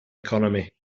economy